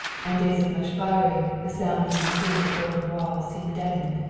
on days of much firing the sound from within its broken walls seemed deadened,